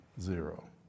zero